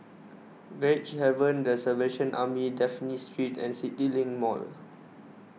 Gracehaven the Salvation Army Dafne Street and CityLink Mall